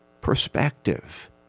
perspective